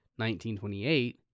1928